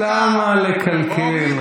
למה לקלקל?